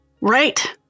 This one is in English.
right